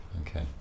Okay